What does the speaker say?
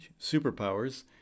superpowers